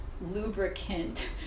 lubricant